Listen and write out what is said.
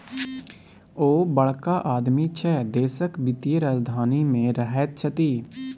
ओ बड़का आदमी छै देशक वित्तीय राजधानी मे रहैत छथि